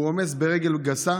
הוא רומס ברגל גסה